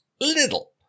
little